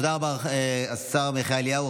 תודה רבה לשר עמיחי אליהו.